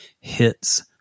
hits